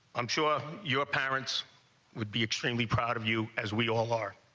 i'm sure your parents would be extremely proud of you as we all are